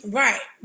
right